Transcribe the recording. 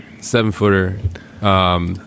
seven-footer